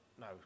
no